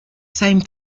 same